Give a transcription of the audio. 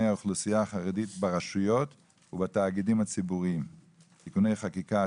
האוכלוסייה החרדית ברשויות ובתאגידים ציבוריים (תיקוני חקיקה),